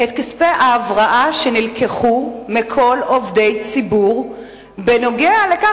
כספי ההבראה נלקחו מכל עובדי הציבור בנוגע לכך,